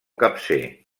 capcer